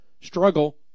Struggle